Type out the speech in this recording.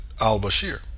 al-Bashir